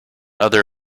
other